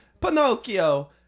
Pinocchio